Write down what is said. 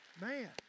Man